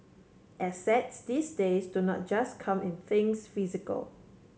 assets these days do not just come in things physical